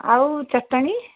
ଆଉ ଚଟଣି